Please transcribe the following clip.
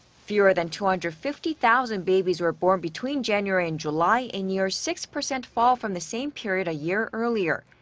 fewer than two hundred and fifty thousand babies were born between january and july, a near six-percent fall from the same period a year earlier.